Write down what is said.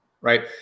right